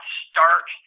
start